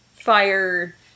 fire